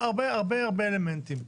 הרבה אלמנטים.